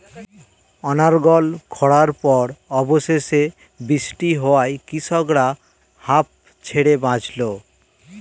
অনর্গল খড়ার পর অবশেষে বৃষ্টি হওয়ায় কৃষকরা হাঁফ ছেড়ে বাঁচল